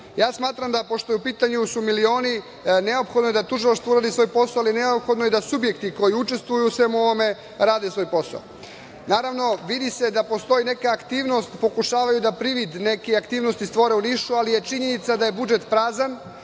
oštećeni? Smatram da, pošto su u pitanju milioni, neophodno je da Tužilaštvo uradi svoj posao, ali neophodno je subjekti koji učestvuju u svemu ovome rade svoj posao. Naravno, vidi se da postoji nekakva aktivnost, pokušavaju da privid neke aktivnosti stvore u Nišu, ali je činjenica da je budžet prazan,